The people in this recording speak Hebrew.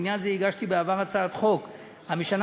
בעניין זה הגשתי בעבר הצעת חוק המשנה